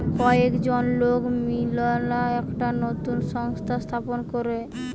কয়েকজন লোক মিললা একটা নতুন সংস্থা স্থাপন করে